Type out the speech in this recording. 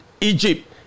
egypt